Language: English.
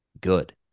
good